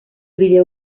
vídeo